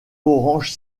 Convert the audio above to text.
orange